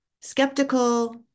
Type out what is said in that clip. Skeptical